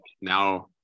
now